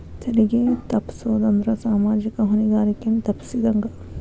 ತೆರಿಗೆ ತಪ್ಪಸೊದ್ ಅಂದ್ರ ಸಾಮಾಜಿಕ ಹೊಣೆಗಾರಿಕೆಯನ್ನ ತಪ್ಪಸಿದಂಗ